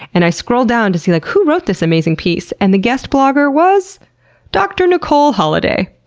and i scrolled down to see like who wrote this amazing piece and the guest blogger was dr. nicole holliday.